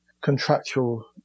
contractual